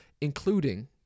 including